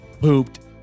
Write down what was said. pooped